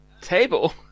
table